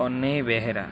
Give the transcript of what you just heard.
Kanhei Behera